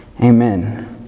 Amen